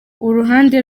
uruhande